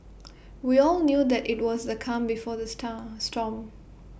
we all knew that IT was the calm before the star storm